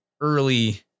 early